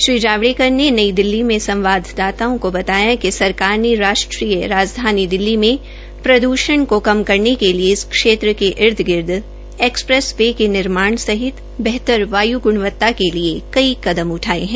श्री जावड़ेकर ने नई दिल्ली में संवाददाताओं को बताया कि सरकार ने राष्ट्रीय दिल्ली में प्रदषण को कम करने के लिए इस क्षेत्र के इर्द गिर्द एक्सप्रेस वे सहित बेहतर वायू गुणवता के लिए कई कदम उठाये है